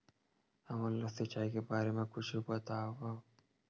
हमन ला सिंचाई के बारे मा कुछु बतावव?